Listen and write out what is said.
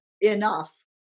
enough